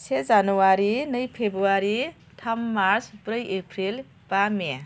से जनुवारि नै फेब्रुवारि थाम मार्स ब्रै एप्रिल बा मे